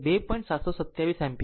727 ampere બરાબર છે